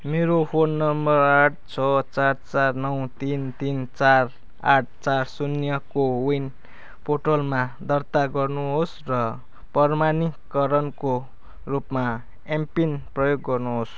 मेरो फोन नम्बर आठ छ चार चार नौ तिन तिन चार आठ चार शून्य कोविन पोर्टलमा दर्ता गर्नुहोस् र प्रमाणिकरणको रूपमा एमपिन प्रयोग गर्नुहोस्